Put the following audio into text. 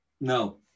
No